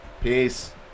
Peace